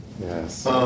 Yes